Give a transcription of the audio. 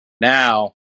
now